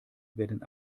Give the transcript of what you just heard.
werden